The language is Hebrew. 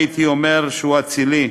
הייתי אומר שהוא אצילי,